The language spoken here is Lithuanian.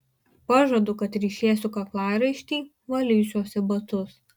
pažadu kad ryšėsiu kaklaraištį valysiuosi batus